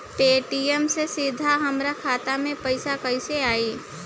Paytm से सीधे हमरा खाता मे पईसा कइसे आई?